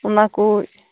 ᱚᱱᱟᱠᱚ